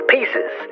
Pieces